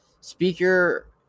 speaker